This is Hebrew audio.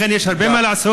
לכן, יש הרבה מה לעשות.